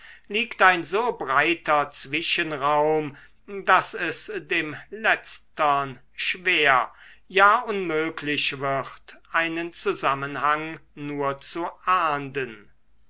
liegt ein so breiter zwischenraum daß es dem letztern schwer ja unmöglich wird einen zusammenhang nur zu ahnden